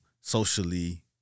socially